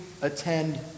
attend